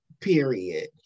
Period